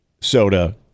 Soda